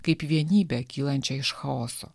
kaip vienybę kylančią iš chaoso